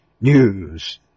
News